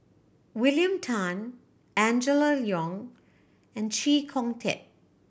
William Tan Angela Liong and Chee Kong Tet